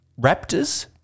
raptors